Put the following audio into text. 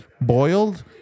boiled